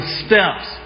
steps